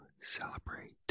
celebrate